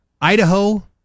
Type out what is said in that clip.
Idaho